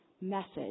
message